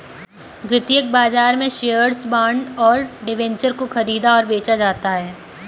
द्वितीयक बाजार में शेअर्स, बॉन्ड और डिबेंचर को ख़रीदा और बेचा जाता है